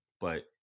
But-